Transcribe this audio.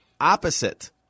opposite